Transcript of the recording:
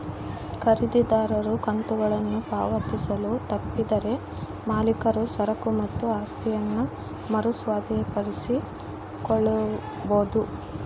ಖರೀದಿದಾರನು ಕಂತುಗಳನ್ನು ಪಾವತಿಸಲು ತಪ್ಪಿದರೆ ಮಾಲೀಕರು ಸರಕು ಮತ್ತು ಆಸ್ತಿಯನ್ನ ಮರು ಸ್ವಾಧೀನಪಡಿಸಿಕೊಳ್ಳಬೊದು